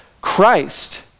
Christ